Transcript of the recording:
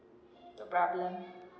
no problem